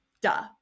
Duh